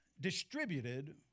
distributed